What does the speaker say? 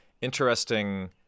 interesting